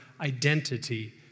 identity